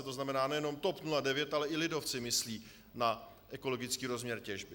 To znamená, nejenom TOP 09, ale i lidovci myslí na ekologický rozměr těžby.